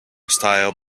style